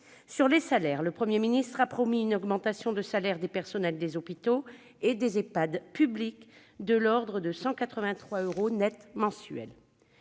retard accumulé. Le Premier ministre a promis une augmentation de salaire des personnels des hôpitaux et des Ehpad publics de l'ordre de 183 euros nets mensuels.